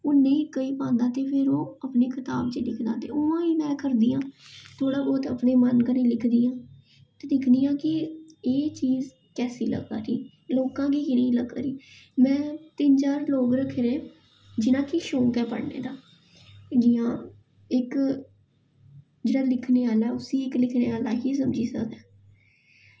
ओह् नेईं कह पांदा ते ओह् अपनी कताब च लिखदा ऐ ते ओह् ई में करदी आं थोह्ड़ा बौह्त अपने मन कन्नै लिखदी आं ते दिक्खनी आं कि एह् चीज़ कैसी लग्गा दी लोकां गी कनेही लग्गा दी में तिन्न चार लोक रक्खे दे जि'नैं गी शौंक ऐ पढ़ने दा जियां इक लिखने आह्ला इक उसी इक लिखने आह्ला गै समझी सकदा ऐ